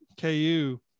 ku